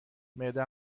معده